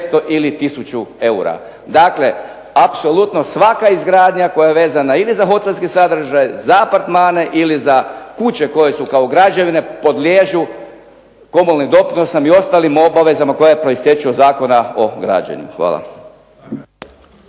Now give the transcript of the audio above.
ili tisuću eura. Dakle, apsolutno svaka izgradnja koja je vezana ili za hotelski sadržaj, za apartmane ili za kuće koje su kao građevine podliježu komunalnim doprinosima i ostalim obavezama koje proistječu od Zakona o građenju. Hvala.